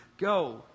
go